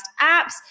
apps